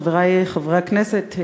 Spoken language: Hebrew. חברי חברי הכנסת,